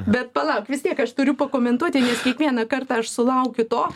bet palauk vis tiek aš turiu pakomentuoti kiekvieną kartą aš sulaukiu to